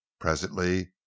presently